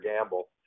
gamble